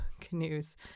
canoes